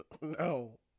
No